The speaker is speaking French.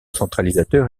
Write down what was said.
centralisateur